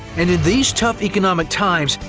and in these tough economic times,